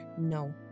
No